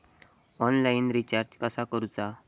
Online recharge कसा करूचा?